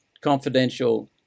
confidential